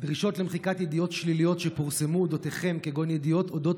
"דרישות למחיקת ידיעות שליליות שפורסמו אודותיכם כגון ידיעות אודות